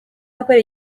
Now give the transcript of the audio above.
wakoreye